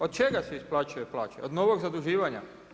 Od čega si isplaćuje plaću od novog zaduživanja?